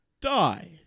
Die